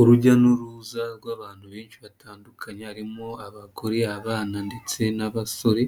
Urujya n'uruza rw'abantu benshi batandukanye, harimo abagore, abana ndetse n'abasore